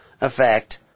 effect